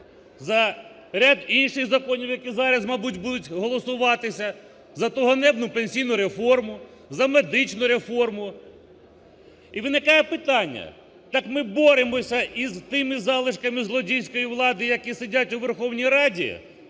за ряд інших законів, які зараз, мабуть, будуть голосуватися, за ту ганебну пенсійну реформу, за медичну реформу. І виникає питання: так ми боремося із тими залишками злодійської влади, які сидять у Верховній Раді,